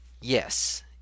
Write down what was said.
yes